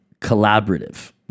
collaborative